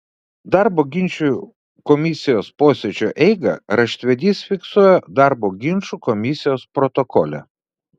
darbo ginčų komisijos posėdžio eigą raštvedys fiksuoja darbo ginčų komisijos protokole